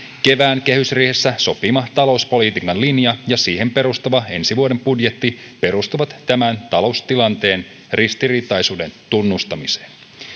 kevään kehysriihessä sopima talouspolitiikan linja ja siihen perustuva ensi vuoden budjetti perustuvat tämän taloustilanteen ristiriitaisuuden tunnustamiseen